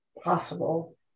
possible